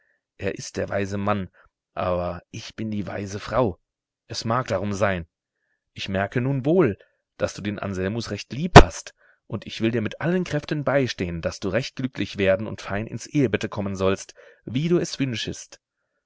er ist der weise mann aber ich bin die weise frau es mag darum sein ich merke nun wohl daß du den anselmus recht lieb hast und ich will dir mit allen kräften beistehen daß du recht glücklich werden und fein ins ehebette kommen sollst wie du es wünschest